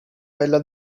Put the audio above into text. bella